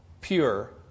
pure